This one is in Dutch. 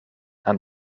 aan